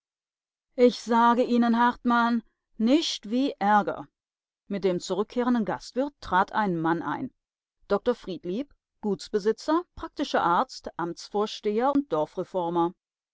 ich sage ihnen hartmann nischt wie ärger mit dem zurückkehrenden gastwirt trat ein mann ein dr friedlieb gutsbesitzer praktischer arzt amtsvorsteher und